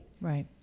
right